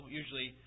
usually